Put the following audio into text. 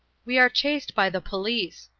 we are chased by the police,